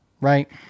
right